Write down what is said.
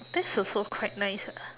that's also quite nice ah